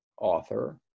author